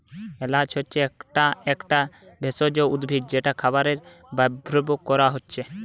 এলাচ হচ্ছে একটা একটা ভেষজ উদ্ভিদ যেটা খাবারে ব্যাভার কোরা হচ্ছে